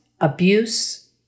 abuse